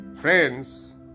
friends